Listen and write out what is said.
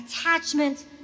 attachment